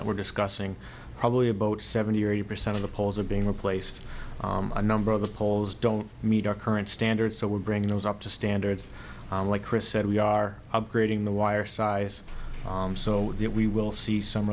that we're discussing probably about seventy percent of the poles are being replaced a number of the poles don't meet our current standards so we're bringing those up to standards like chris said we are upgrading the wire size so that we will see some